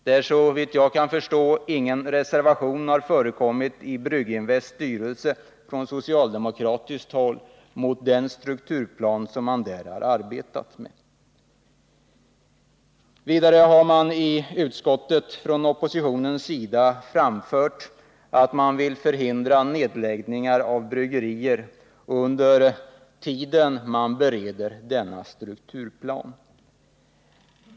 Ingen reservation har, såvitt jag kan förstå, förekommit i Brygginvests styrelse från socialdemokratiskt håll mot den strukturplan som man där arbetat med. Vidare har oppositionen i utskottet framfört att man vill förhindra nedläggningar av bryggerier under den tid man bereder strukturplanen.